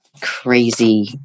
crazy